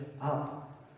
up